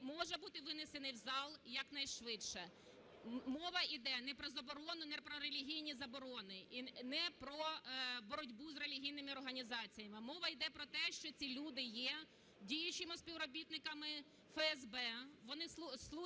може бути винесений в зал якнайшвидше. Мова не йде не про заборону, не про релігійні заборони і не про боротьбу з релігійними організаціями, мова йде про те, що ці люди є діючими співробітниками ФСБ, вони служать